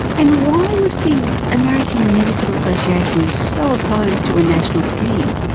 and why was the american medical association so opposed to a national scheme?